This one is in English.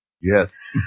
Yes